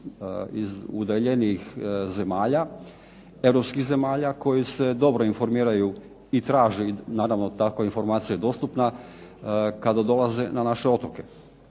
iz udaljenijih zemalja, europskih zemalja koji se dobro informiraju i traže naravno takva informacija je dostupna kada dolaze na naše otoke.